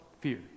fear